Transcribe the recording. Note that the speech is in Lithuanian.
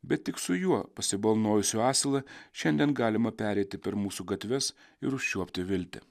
bet tik su juo pasibalnojusiu asilą šiandien galima pereiti per mūsų gatves ir užčiuopti viltį